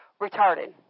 retarded